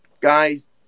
Guys